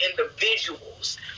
individuals